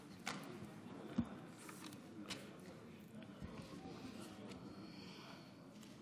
ולא יעשה שימוש בחפץ או